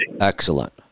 Excellent